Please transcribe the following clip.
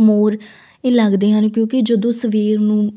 ਮੋਰ ਇਹ ਲੱਗਦੇ ਹਨ ਕਿਉਂਕਿ ਜਦੋਂ ਸਵੇਰ ਨੂੰ